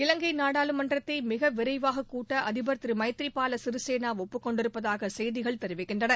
இலங்கை நாடாளுமன்றத்தை மிக விரைவாகக் கூட்ட அதிபர் திரு மைத்ரிபால சிறிசேனா ஒப்புக் கொண்டிருப்பதாக செய்திகள் தெரிவிக்கின்றன